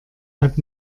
hat